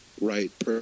right